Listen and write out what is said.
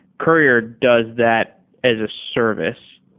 courier does that as a service.